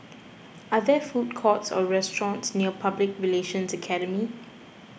are there food courts or restaurants near Public Relations Academy